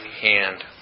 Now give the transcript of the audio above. hand